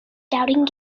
doubting